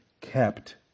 kept